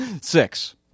Six